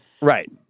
Right